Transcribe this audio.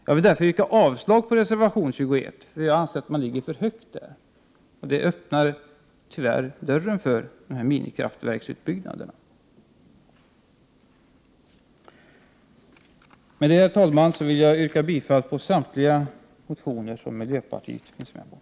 Jag vill yrka avslag på reservation 21, eftersom miljöpartiet anser att reservanterna föreslår en för stor utbyggnad, vilket tyvärr öppnar dörren för en utbyggnad av minikraftverken. Med detta, fru talman, vill jag yrka bifall till samtliga reservationer som miljöpartiet står bakom.